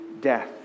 death